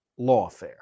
lawfare